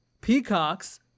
Peacock's